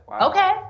okay